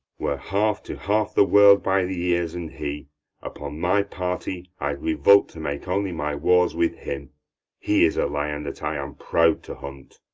were half to half the world by the ears, and he upon my party, i'd revolt, to make only my wars with him he is a lion that i am proud to hunt.